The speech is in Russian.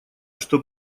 что